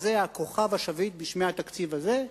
זה כוכב השביט בשמי התקציב הזה,